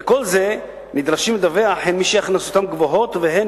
ואת כל זה נדרשים לדווח הן מי שהכנסותיו גבוהות והן